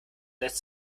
lässt